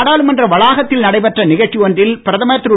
நாடாளுமன்ற வளாகத்தில் நடைபெற்ற நிகழ்ச்சி ஒன்றில் பிரதமர் திரு